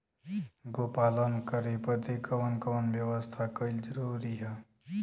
गोपालन करे बदे कवन कवन व्यवस्था कइल जरूरी ह?